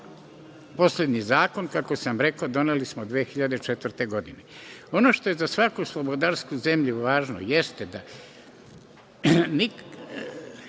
Poslednji zakon, kako sam rekao, doneli smo 2004. godine. Ono što je za svaku slobodarsku zemlju važno jeste da i kada